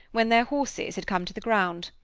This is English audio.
when their horses had come to the ground?